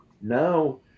now